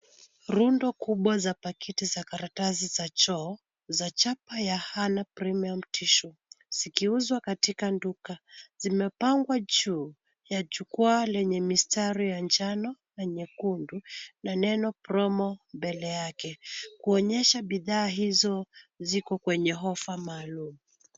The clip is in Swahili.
Rundo kubwa za pakiti za karatasi za choo za chapaa ya Hanan premium tissue Zikiuzwa katika duka zimepangwa juu ya jukwaa lenye mistari ya njano na nyekundu na neno promo Mbele yake. Kuonyesha bidhaa hizo ziko kwenye ofa maalum.